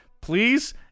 Please